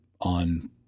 on